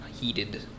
heated